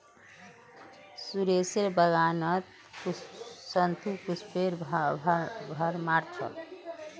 सुरेशेर बागानत शतपुष्पेर भरमार छ